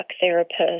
therapist